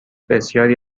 بسیاری